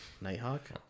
Nighthawk